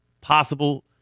possible